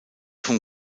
vom